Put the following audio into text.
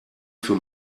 für